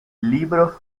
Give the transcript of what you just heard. libro